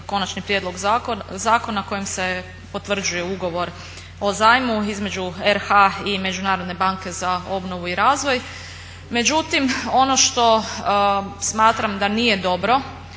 konačni prijedlog zakona kojim se potvrđuje ugovor o zajmu između RH i Međunarodne banke za obnovu i razvoj. Međutim, ono što smatram da nije dobro